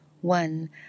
One